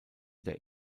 der